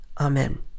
Amen